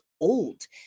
old